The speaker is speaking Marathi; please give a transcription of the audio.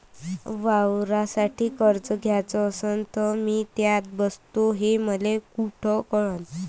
वावरासाठी कर्ज घ्याचं असन तर मी त्यात बसतो हे मले कुठ कळन?